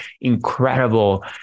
incredible